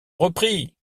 repris